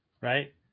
right